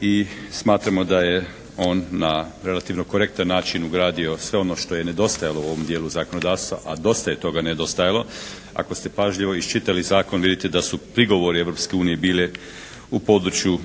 I smatramo da je on na relativno korektan način ugradio sve ono što je nedostajalo u ovom dijelu zakonodavstva a dosta je toga nedostajalo. Ako ste pažljivo iščitali zakon vidite da su prigovori Europske unije bili u području